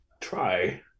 try